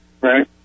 right